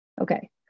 Okay